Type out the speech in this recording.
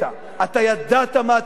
אתה ידעת מה אתה עושה,